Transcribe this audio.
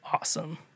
awesome